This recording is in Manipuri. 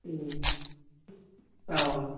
ꯎꯝ ꯑꯧ